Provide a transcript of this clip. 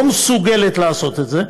לא מסוגלת לעשות את זה.